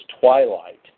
twilight